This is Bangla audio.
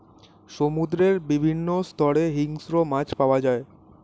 সমুদ্রের বিভিন্ন স্তরে হিংস্র মাছ পাওয়া যায়